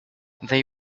they